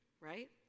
right